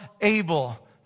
able